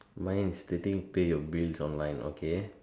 mine is stating pay your bills online okay